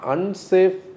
Unsafe